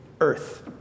earth